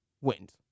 wins